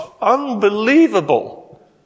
unbelievable